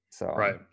Right